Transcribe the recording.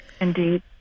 Indeed